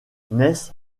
ness